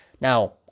Now